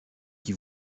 qui